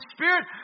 Spirit